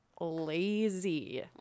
lazy